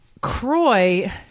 Croy